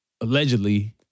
allegedly